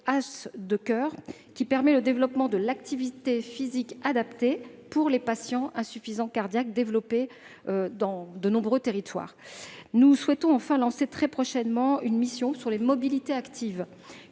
qui permet le développement de l'activité physique adaptée pour les patients insuffisants cardiaques et qui est développé dans de nombreux territoires. Nous souhaitons enfin lancer très prochainement une mission sur les mobilités actives,